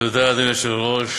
תודה, אדוני היושב-ראש.